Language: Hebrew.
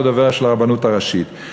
לא דובר של הרבנות הראשית,